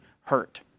hurt